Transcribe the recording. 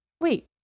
wait